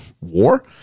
war